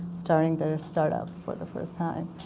starting their startup for the first time.